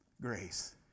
grace